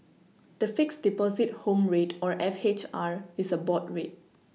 the fixed Deposit home rate or F H R is a board rate